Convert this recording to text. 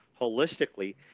holistically